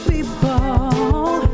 People